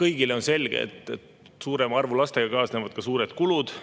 Kõigile on selge, et suurema arvu lastega kaasnevad ka suured kulud,